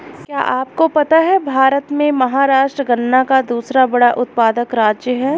क्या आपको पता है भारत में महाराष्ट्र गन्ना का दूसरा बड़ा उत्पादक राज्य है?